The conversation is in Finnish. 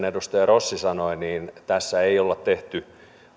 edustaja rossi sanoi niin tässä ei olla tehty